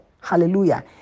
Hallelujah